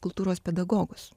kultūros pedagogus